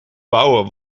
bouwen